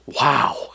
Wow